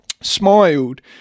smiled